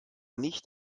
nicht